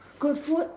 good food